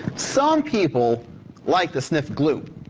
some people like to sniff glue